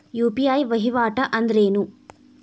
UPI ವಹಿವಾಟ್ ಅಂದ್ರೇನು?